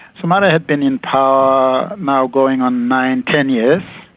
um and had been in power now going on nine, ten years